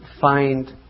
find